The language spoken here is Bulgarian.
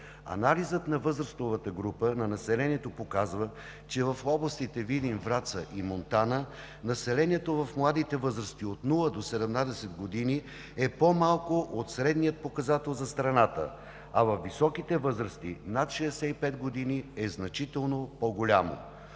Анализът на възрастовата група на населението показва, че в областите Видин, Враца и Монтана населението в младите възрасти от нула до 17 години е по-малко от средния показател за страната, а във високите възрасти – над 65 години, е значително по-голямо.